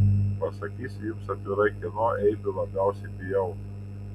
pasakysiu jums atvirai kieno eibių labiausiai bijau